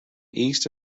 east